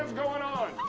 going on.